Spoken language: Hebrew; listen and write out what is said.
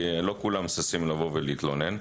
לא כולם ששים לבוא ולהתלונן.